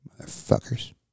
Motherfuckers